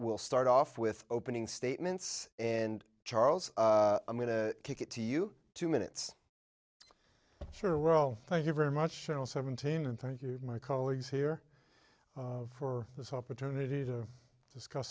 will start off with opening statements and charles i'm going to kick it to you two minutes sure roe thank you very much cheryl seventeen and thank you my colleagues here for this opportunity to discuss